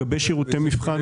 זאת אומרת,